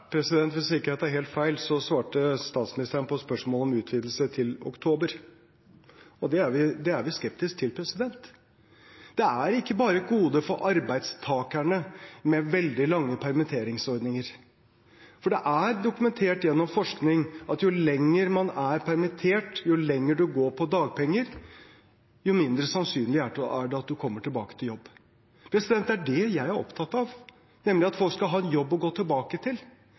Hvis jeg ikke tar helt feil, svarte statsministeren på spørsmålet om utvidelse til oktober. Og det er vi skeptisk til. Det er ikke bare et gode for arbeidstakerne med veldig lange permitteringsordninger, for det er dokumentert gjennom forskning at jo lenger man er permittert, jo lenger man går på dagpenger, jo mindre sannsynlig er det at man kommer tilbake til jobb. Det er det jeg er opptatt av, nemlig at folk skal ha en jobb å gå tilbake til.